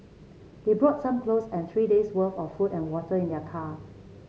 they brought some clothes and three days' worth of food and water in their car